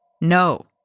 No